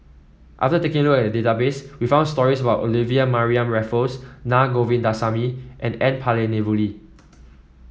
after taking a look at the database we found stories about Olivia Mariamne Raffles Naa Govindasamy and N Palanivelu